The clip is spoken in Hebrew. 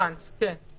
פעם אחת, כן.